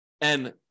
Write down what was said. and-